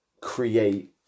create